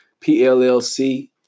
PLLC